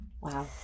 Wow